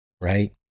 right